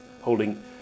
holding